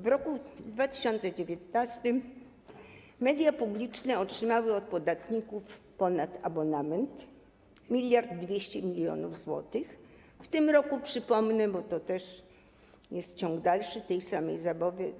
W roku 2019 media publiczne otrzymały od podatników, poza abonamentem, 1200 mln zł, w tym roku, przypomnę, bo to też jest ciąg dalszy tej samej